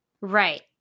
Right